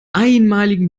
einmaligen